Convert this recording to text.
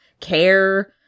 care